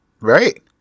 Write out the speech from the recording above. Right